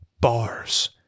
bars